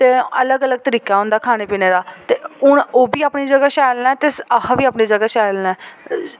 ते अलग अलग तरीका उं'दा खाने पीने दा ते हून ओह् बी अपनी जगह् शैल न ते अह बी अपनी जगह् शैल न